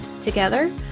Together